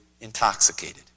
intoxicated